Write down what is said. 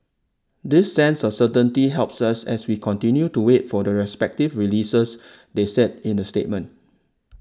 this sense of certainty helps us as we continue to wait for the respective releases they said in a statement